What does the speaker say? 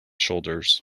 shoulders